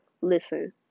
listen